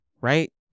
Right